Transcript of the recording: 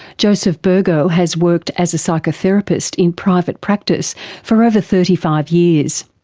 joseph burgo has worked as a psychotherapist in private practice for over thirty five years.